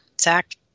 Zach